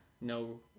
No